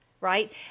right